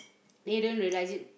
they don't realise it